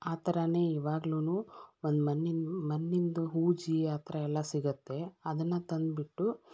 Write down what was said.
ಆ ಥರನೇ ಇವಾಗ್ಲು ಒಂದು ಮಣ್ಣಿನ ಮಣ್ಣಿಂದು ಹೂಜಿ ಆ ತರ ಎಲ್ಲ ಸಿಗುತ್ತೆ ಅದನ್ನು ತಂದುಬಿಟ್ಟು